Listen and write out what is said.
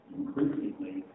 increasingly